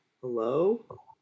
Hello